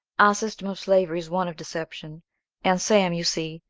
our system of slavery is one of deception and sam, you see,